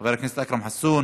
חבר הכנסת אכרם חסון,